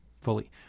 fully